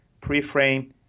pre-frame